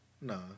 No